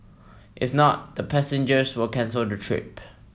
if not the passengers will cancel the trip